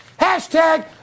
hashtag